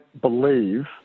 believe